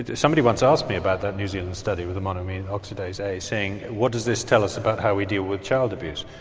somebody once asked me about that new zealand study with the monoamine oxidase a, saying what does this tell us about how we deal with child abuse?